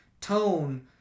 tone